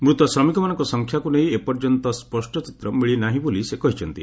ମୃତ ଶ୍ରମିକମାନଙ୍କ ସଂଖ୍ୟାକୁ ନେଇ ଏପର୍ଯ୍ୟନ୍ତ ସ୍ୱଷ୍ଟ ଚିତ୍ର ମିଳିନାହିଁ ବୋଲି ସେ କହିଛନ୍ତି